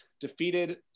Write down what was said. defeated